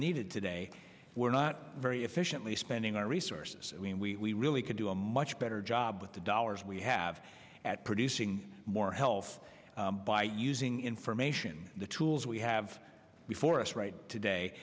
needed today we're not very efficiently spending our resources we really could do a much better job with the dollars we have at producing more health by using information the tools we have before us right today